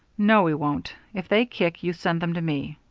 no, we won't. if they kick, you send them to me.